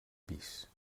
pis